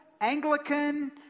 Anglican